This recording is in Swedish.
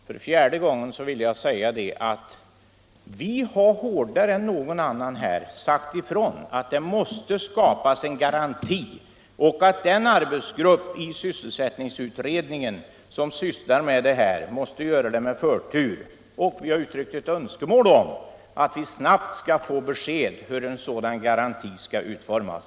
För fjärde gången vill jag säga att vi hårdare än något annat parti sagt ifrån att det måste skapas en garanti och att den arbetsgrupp i sysselsättningsutredningen som arbetar med dessa frågor måste ta upp detta spörsmål med förtur. Vi har uttryckt ett önskemål om att vi snabbt skall få besked om hur en sådan garanti skall utformas.